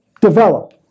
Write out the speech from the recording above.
develop